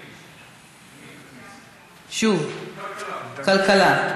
שוב, כלכלה.